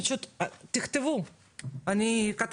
הדבר היחיד